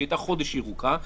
שהיתה חודש ירוקה,